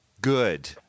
Good